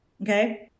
Okay